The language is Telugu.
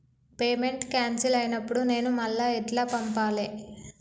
పేమెంట్ క్యాన్సిల్ అయినపుడు నేను మళ్ళా ఎట్ల పంపాలే?